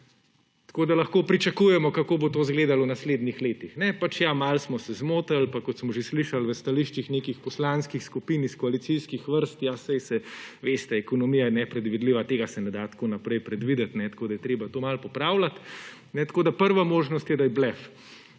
Tako da lahko pričakujemo, kako bo to izgledalo v naslednjih letih: pač ja, malo smo se zmotili. Pa kot smo že slišali v stališčih nekih poslanskih skupin iz koalicijskih vrst: ja, saj veste, ekonomija je nepredvidljiva, tega se ne da tako naprej predvideti, tako da je treba to malo popravljati. Prva možnost je, da je blef,